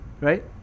Right